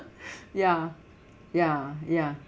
ya ya ya